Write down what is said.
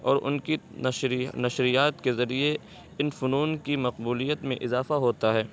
اور ان کی نشریات کے ذریعے ان فنون کی مقبولیت میں اضافہ ہوتا ہے